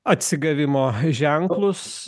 atsigavimo ženklus